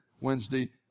Wednesday